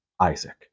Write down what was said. Isaac